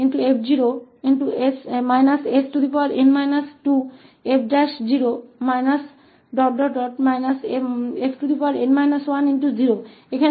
तो हमारे पास sn𝐿𝑓𝑡 sn 1𝑓 sn 2𝑓 ′ fn 1s है